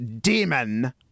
demon